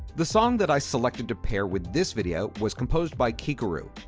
the song that i selected to pair with this video was composed by kikoru.